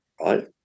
right